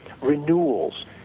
renewals